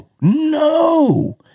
No